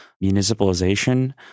municipalization